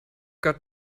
got